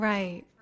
Right